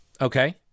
okay